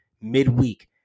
midweek